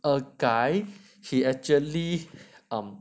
a guy he actually um